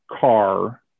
car